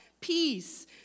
peace